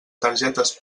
targetes